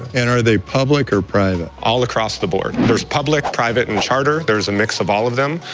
and are they public or private? all across the board. there's public, private, and charter, there's a mix of all of them.